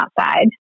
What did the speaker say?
outside